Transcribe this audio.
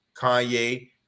Kanye